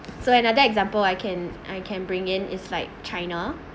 so another example I can I can bring in is like china